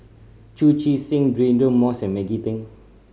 Chu Chee Seng Deirdre Moss and Maggie Teng